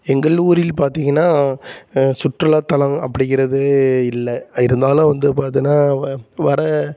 எங்கள் ஊரில் பார்த்திங்கன்னா சுற்றுலாத் தலம் அப்படிங்கிறது இல்லை இருந்தாலும் வந்து பார்த்திங்கனா வ வர